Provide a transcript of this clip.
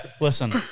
Listen